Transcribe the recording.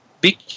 big